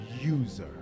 user